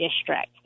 district